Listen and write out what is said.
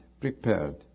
prepared